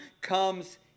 comes